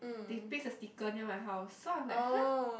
they paste the sticker near my house so I'm like !huh!